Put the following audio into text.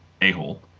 a-hole